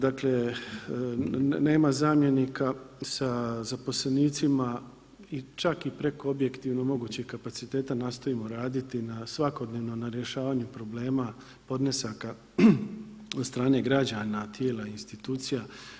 Dakle, nema zamjenika sa zaposlenicima i čak i preko objektivno mogućih kapaciteta nastojimo raditi svakodnevno na rješavanju problema podnesaka od strane građana, tijela, institucija.